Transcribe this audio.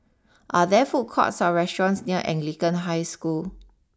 are there food courts or restaurants near Anglican High School